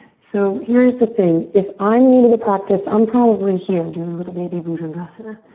so here's the thing, if i'm new to the practice, i'm probably here. do a little baby bhujangasana,